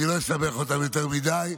לא אסבך אותם יותר מדי.